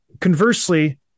Conversely